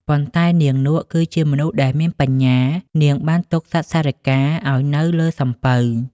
ប៉ុន្តែ នាងនក់គឺជាមនុស្សដែលមានបញ្ញា នាងបានទុកសត្វសារិកាឲ្យនៅលើសំពៅ។